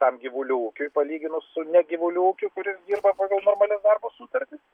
tam gyvulių ūkiui palyginus su ne gyvulių ūkiu kuris dirba pagal normalias darbo sutartis